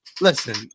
listen